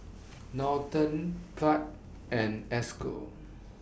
Norton Pratt and Esco